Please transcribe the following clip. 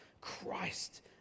Christ